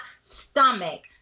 stomach